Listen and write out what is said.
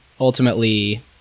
ultimately